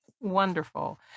Wonderful